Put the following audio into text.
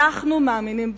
אנחנו מאמינים בצדק,